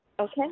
Okay